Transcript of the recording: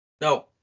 No